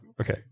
okay